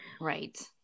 right